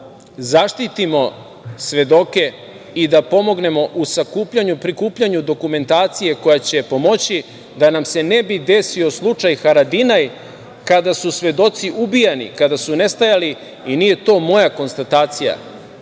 da zaštitimo svedoke i da pomognemo u sakupljanju i prikupljanju dokumentacije koja će pomoći, da nam se ne bi desio slučaj Haradinaj kada su svedoci ubijani, kada su nestajali. Nije to moja konstatacija,